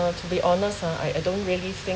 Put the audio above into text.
uh to be honest ah I I don't really think